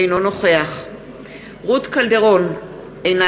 אינו נוכח רות קלדרון, אינה